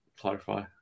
clarify